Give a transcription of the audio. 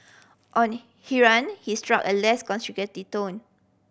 on he struck a less conciliatory tone